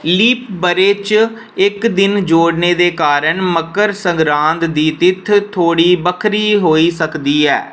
leap ब'रे च इक दिन जोड़ने दे कारण मकर संगरांद दी तित्थ थोह्ड़ी बक्खरी होई सकदी ऐ